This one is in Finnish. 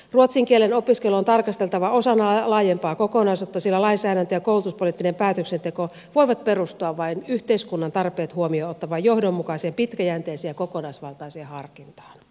ruotsin kielen opiskelua on tarkasteltava osana laajempaa kokonaisuutta sillä lainsäädäntö ja koulutuspoliittinen päätöksenteko voivat perustua vain yhteiskunnan tarpeet huomioon ottavaan johdonmukaiseen pitkäjänteiseen ja kokonaisvaltaiseen harkintaan